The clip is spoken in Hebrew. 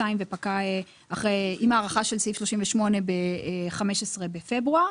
ופקעה עם הארכה של סעיף 38 ב-15 בפברואר,